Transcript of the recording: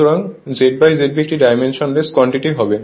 সুতরাং ZZ B একটি dimensionless quantity হবে